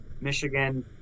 Michigan